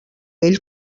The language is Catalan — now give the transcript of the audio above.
ell